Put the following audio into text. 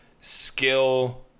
skill